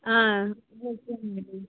ఆ ఓకే అండి